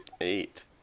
Eight